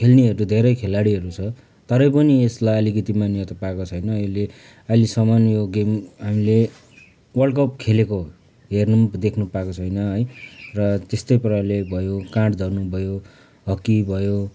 खेल्नेहरू धेरै खेलाडीहरू छ तरै पनि यसलाई अलिकति मान्यता पाएको छैन यसले अहिलेसम्म यो गेम हामीले वर्ल्डकप खेलेको हेर्नु देख्नु पाएको छैन है र त्यस्तै पाराले भयो काँड धनु भयो हक्की भयो